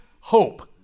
hope